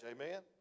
amen